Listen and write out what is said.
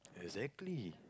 exactly